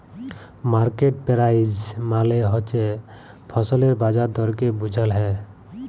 market price মালে হছে ফসলের বাজার দরকে বুঝাল হ্যয়